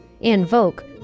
invoke